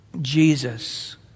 Jesus